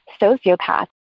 sociopath